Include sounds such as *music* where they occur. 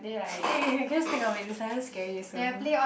*noise* eh I just think of it it sounded scary also